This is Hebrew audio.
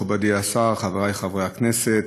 מכובדי השר, חבריי חברי הכנסת,